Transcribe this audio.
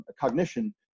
cognition